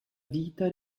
vita